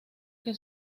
que